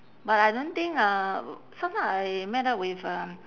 but I don't think uh sometime I met up with um